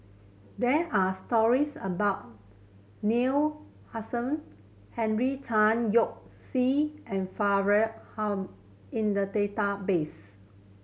there are stories about Neil Henry Tan Yoke See and Faridah Hanum in the database